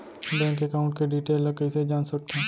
Bank account के detail ल कइसे जान सकथन?